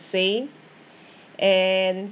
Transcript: say and